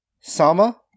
Sama